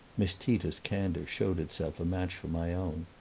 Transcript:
miss tita's candor showed itself a match for my own.